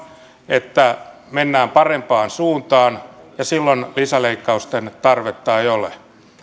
että mennään parempaan suuntaan ja silloin lisäleikkausten tarvetta ei ole